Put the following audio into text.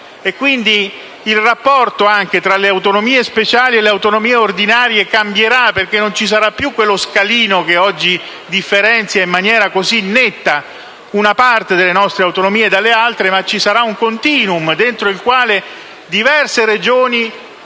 Quindi il rapporto tra le autonomie speciali e le autonomie ordinarie cambierà, perché non ci sarà più quello scalino che oggi differenzia in maniera così netta una parte delle nostre autonomie dalle altre, ma ci sarà un *continuum*, dentro il quale diverse Regioni,